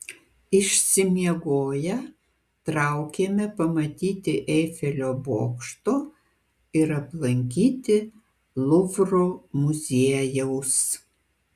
išsimiegoję traukėme pamatyti eifelio bokšto ir aplankyti luvro muziejaus